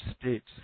states